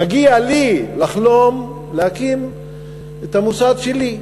מגיע לי לחלום להקים את המוסד שלי.